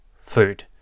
food